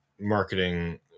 marketing